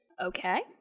Okay